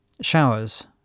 showers